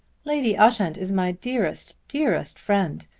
lady ushant is my dearest, dearest friend.